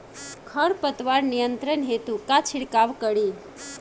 खर पतवार नियंत्रण हेतु का छिड़काव करी?